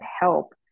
help